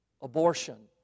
Abortion